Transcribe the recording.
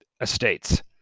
estates